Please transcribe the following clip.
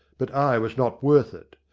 but i was not worth it.